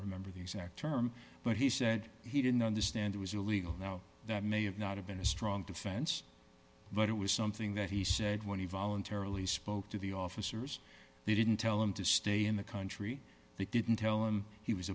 remember the exact term but he said he didn't understand it was illegal now that may have not have been a strong defense but it was something that he said when he voluntarily spoke to the officers they didn't tell him to stay in the country they didn't tell him he was